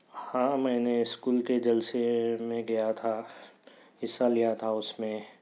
ہاں میں نے اسکول کے جلسے میں گیا تھا حصّہ لیا تھا اُس میں